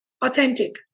Authentic